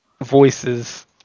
voices